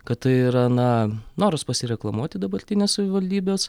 kad tai yra na noras pasireklamuoti dabartinės savivaldybės